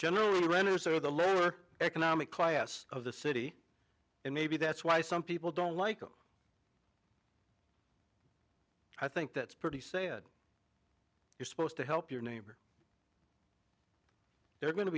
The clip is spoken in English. generally the lower economic class of the city and maybe that's why some people don't like it i think that's pretty sad you're supposed to help your neighbor they're going to